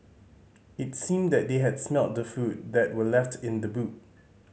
it seemed that they had smelt the food that were left in the boot